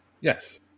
Yes